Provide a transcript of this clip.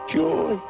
joy